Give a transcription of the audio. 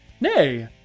Nay